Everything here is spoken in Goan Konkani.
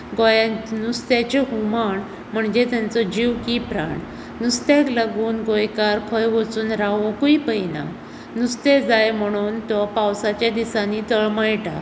गोंयांत नुस्त्याच्यो हुमण म्हणजें तांचो जीव की प्राण नुस्त्याक लागून गोंयकार खंय वचून रावंकूय पळयना नुस्तें जाय म्हणून तो पावसाच्या दिसांनी तळमळटा